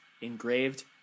engraved